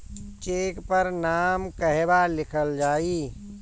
Check पर नाम कहवा लिखल जाइ?